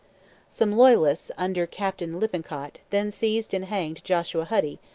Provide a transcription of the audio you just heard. some loyalists, under captain lippincott, then seized and hanged joshua huddy,